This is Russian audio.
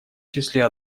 числе